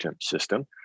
system